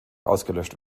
ausgelöscht